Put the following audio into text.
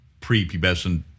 prepubescent